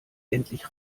endlich